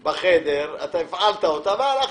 בחדר, הפעלת אותה והלכת.